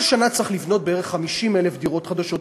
צריך כל שנה לבנות בערך 50,000 דירות חדשות,